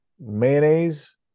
Mayonnaise